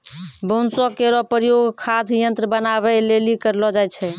बांसो केरो प्रयोग वाद्य यंत्र बनाबए लेलि करलो जाय छै